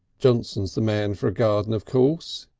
johnson's the man for a garden of course,